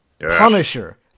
Punisher